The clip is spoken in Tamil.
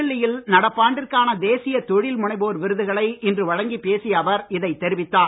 புதுடெல்லியில் நடப்பாண்டிற்கான தேசிய தொழில் முனைவோர் விருதுகளை இன்று வழங்கி பேசிய அவர் இதைத் தெரிவித்தார்